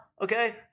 okay